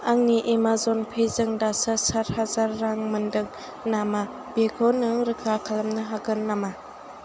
आंनि एमाजन पेजों दासो सातहाजार रां मोनदों नामा बेखौ नों रोखा खालामनो हागोन नामा